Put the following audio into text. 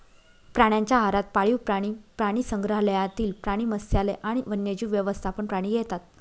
प्राण्यांच्या आहारात पाळीव प्राणी, प्राणीसंग्रहालयातील प्राणी, मत्स्यालय आणि वन्यजीव व्यवस्थापन प्राणी येतात